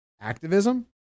Activism